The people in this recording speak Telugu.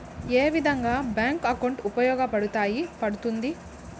ఏ విధంగా బ్యాంకు అకౌంట్ ఉపయోగపడతాయి పడ్తుంది